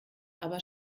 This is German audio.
aber